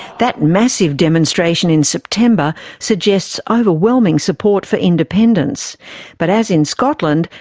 that massive demonstration in september suggests overwhelming support for independence but, as in scotland,